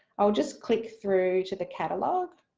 i'll just click through to the catalogue.